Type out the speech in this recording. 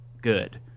good